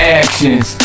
actions